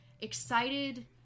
excited